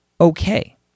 okay